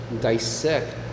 dissect